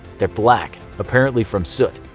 they're black, apparently from soot.